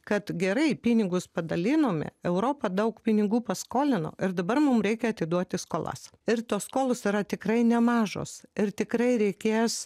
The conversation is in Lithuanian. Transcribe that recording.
kad gerai pinigus padalinome europa daug pinigų paskolino ir dabar mum reikia atiduoti skolas ir tos skolos yra tikrai nemažos ir tikrai reikės